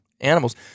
animals